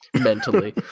mentally